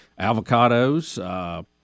Avocados